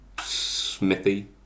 smithy